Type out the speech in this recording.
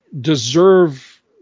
deserve